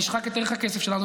נשחק את ערך הכסף שלנו,